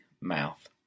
mouth